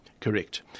Correct